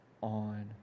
on